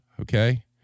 Okay